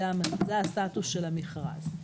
זה הסטטוס של המכרז.